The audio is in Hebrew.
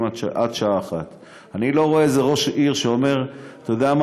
עד שעה 13:00. אני לא רואה איזה ראש עיר אומר: אתה יודע מה?